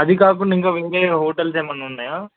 అది కాకుండా ఇంకా వేరే హోటల్స్ ఏమన్నా ఉన్నయా